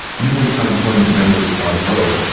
even when unemployment numbers are low,